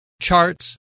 charts